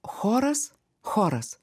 choras choras